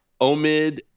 Omid